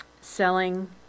selling